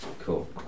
Cool